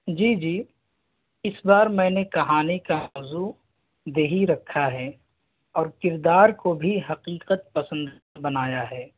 جی جی اس بار میں نے کہانی کا موضوع دیہی رکھا ہے اور کردار کو بھی حقیقت پسند بنایا ہے